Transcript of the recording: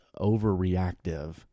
overreactive